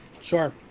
Sure